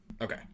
Okay